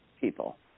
people